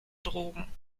drogen